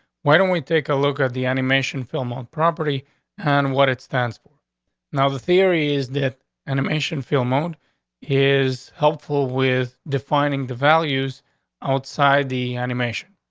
why don't we take a look at the animation film on property on and what it stands for now, the theory is that animation feel mode is helpful with defining the values outside the animation.